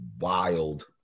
Wild